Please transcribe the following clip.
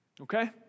Okay